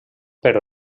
però